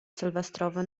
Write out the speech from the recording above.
sylwestrowy